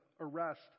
arrest